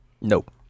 Nope